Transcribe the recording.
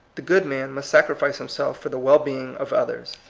the good man must sacrifice himself for the well-being of others.